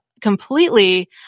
completely